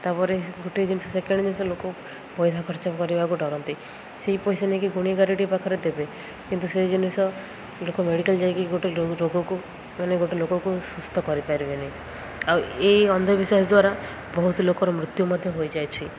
ତାପରେ ଗୋଟଏ ଜିନିଷ ସେକେଣ୍ଡ ଜିନିଷ ଲୋକ ପଇସା ଖର୍ଚ୍ଚ କରିବାକୁ ଡ଼ରନ୍ତି ସେଇ ପଇସା ନେଇକି ଗୁଣି ଗାରେଡ଼ି ପାଖରେ ଦେବେ କିନ୍ତୁ ସେ ଜିନିଷ ଲୋକ ମେଡ଼ିକାଲ୍ ଯାଇକି ଗୋଟେ ରୋଗକୁ ମାନେ ଗୋଟେ ଲୋକକୁ ସୁସ୍ଥ କରିପାରିବେନି ଆଉ ଏଇ ଅନ୍ଧବିଶ୍ୱାସ ଦ୍ୱାରା ବହୁତ ଲୋକର ମୃତ୍ୟୁ ମଧ୍ୟ ହୋଇଯାଇଛି